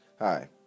Hi